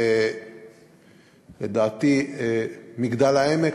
לדעתי מגדל-העמק,